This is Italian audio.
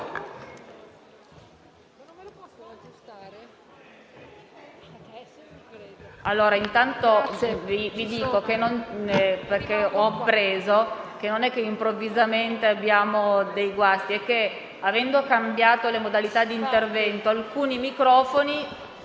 Colleghi, intanto vi dico che non è che improvvisamente abbiamo dei guasti. Avendo cambiato le modalità di intervento, alcuni microfoni